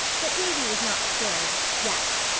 but davy was not scared yet.